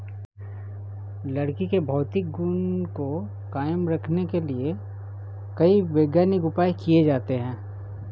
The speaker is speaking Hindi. लकड़ी के भौतिक गुण को कायम रखने के लिए कई वैज्ञानिक उपाय किये जाते हैं